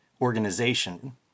organization